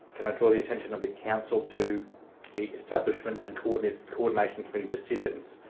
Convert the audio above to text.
can i draw the attention of the council to the establishment and coordination coordination committee decisions.